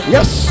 Yes